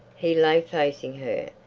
he lay facing her,